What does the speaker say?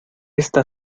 esta